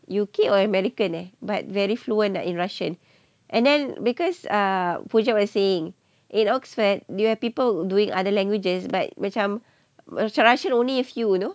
U_K or american eh but very fluent in russian and then because err project was saying in oxford you have people doing other languages but macam macam russian only a few know